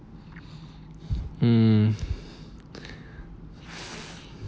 mm